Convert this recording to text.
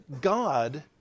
God